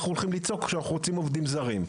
הולכים לצעוק שאנחנו רוצים עובדים זרים.